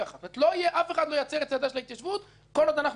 אף אחד לא יצר את צעדיה של ההתיישבות כל עוד אנחנו בקואליציה.